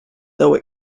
though